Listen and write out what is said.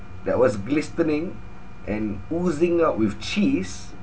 that was glistening and oozing out with cheese